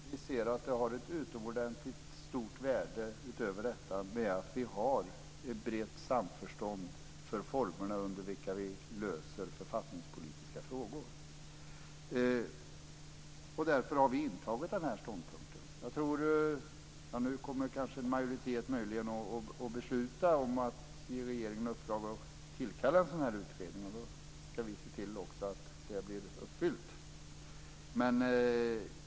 Fru talman! Vi anser att det ligger ett utomordentligt stort värde i att lösa författningspolitiska frågor i brett samförstånd, och därför har vi intagit den här ståndpunkten. Nu kommer en majoritet möjligen att besluta om att ge regeringen i uppdrag att tillkalla en sådan här utredning, och då ska vi också se till att detta verkställs.